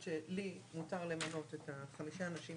מ/1457,